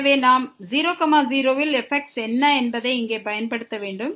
எனவே நாம் 0 0 ல் fx என்ன என்பதை இங்கே பயன்படுத்த வேண்டும்